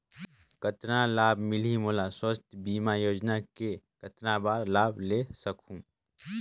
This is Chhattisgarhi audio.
कतना लाभ मिलही मोला? स्वास्थ बीमा योजना मे कतना बार लाभ ले सकहूँ?